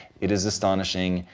it is astonishing.